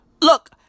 Look